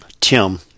Tim